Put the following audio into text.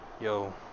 yo